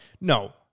No